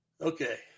okay